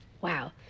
wow